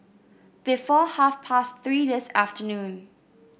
before half past Three this afternoon